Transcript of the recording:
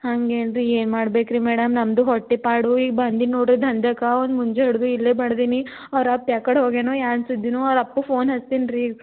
ಹಂಗೇನು ರೀ ಏನು ಮಾಡ್ಬೇಕು ರೀ ಮೇಡಮ್ ನಮ್ದು ಹೊಟ್ಟೆ ಪಾಡು ಈ ಬಂದು ನೋಡ್ರಿ ದಂಧೆಕಾ ಅವ್ನು ಮುಂಜಾನೆ ಹಿಡ್ದು ಇಲ್ಲೇ ಬಡ್ದೀನಿ ಅವ್ರ ಅಪ್ಪ ಯಾವ್ ಕಡೆ ಹೋಗ್ಯಾನೋ ಏನ್ ಸುದ್ದಿನೋ ಅವ್ರ ಅಪ್ಪಗೆ ಫೋನ್ ಹಚ್ತೀನಿ ರೀ